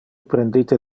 prendite